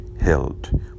held